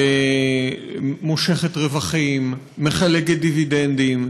ומושכת רווחים, מחלקת דיבידנדים,